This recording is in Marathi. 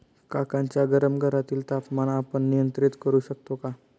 काकांच्या गरम घरातील तापमान आपण नियंत्रित करु शकतो का?